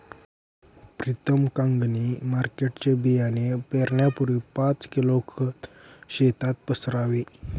प्रीतम कांगणी मार्केटचे बियाणे पेरण्यापूर्वी पाच किलो खत शेतात पसरावे